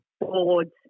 boards